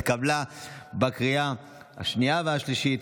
התקבלה בקריאה השנייה והשלישית,